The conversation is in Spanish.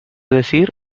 decir